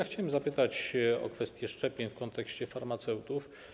Chciałem zapytać o kwestię szczepień w kontekście farmaceutów.